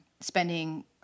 spending